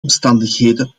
omstandigheden